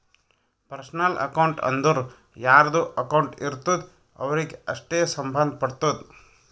personal account ಅಂದುರ್ ಯಾರ್ದು account ಇರ್ತುದ್ ಅವ್ರಿಗೆ ಅಷ್ಟೇ ಸಂಭಂದ್ ಪಡ್ತುದ